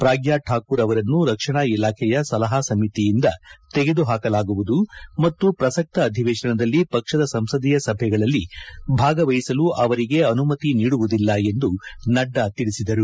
ಪ್ರಾಗ್ಯ ಠಾಕೂರ್ ಅವರನ್ನು ರಕ್ಷಣಾ ಇಲಾಖೆಯ ಸಲಹಾ ಸಮಿತಿಯಿಂದ ತೆಗೆದು ಹಾಕಲಾಗುವುದು ಮತ್ತು ಪ್ರಸಕ್ತ ಅಧಿವೇಶನದಲ್ಲಿ ಪಕ್ಷದ ಸಂಸದೀಯ ಸಭೆಗಳಲ್ಲಿ ಭಾಗವಹಿಸಲು ಅವರಿಗೆ ಅನುಮತಿ ನೀಡುವುದಿಲ್ಲ ಎಂದು ನಡ್ಡಾ ತಿಳಿಸಿದರು